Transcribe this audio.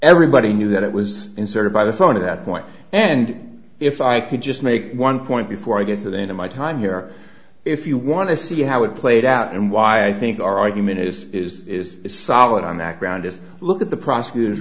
everybody knew that it was inserted by the thought of that point and if i could just make one point before i get to the end of my time here if you want to see how it played out and why i think our argument is is as solid on that ground as look at the prosecutor